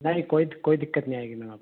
नहीं कोई कोई दिक्कत नहीं आएगी मैम आपको